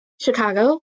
Chicago